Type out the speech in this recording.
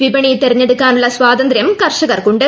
വിപണി തെരഞ്ഞെടുക്കാനുള്ള സ്വാതന്ത്യം കർഷകർക്കുണ്ട്